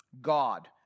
God